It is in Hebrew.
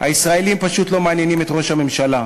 הישראלים פשוט לא מעניינים את ראש הממשלה.